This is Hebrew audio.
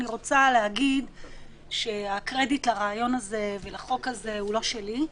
אני רוצה להגיד שהקרדיט לרעיון הזה ולחוק הזה הוא לא שלי,